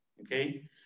okay